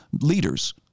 leaders